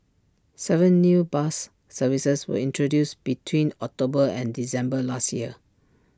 Seven new bus services were introduced between October and December last year